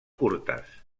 curtes